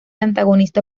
antagonista